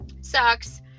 sucks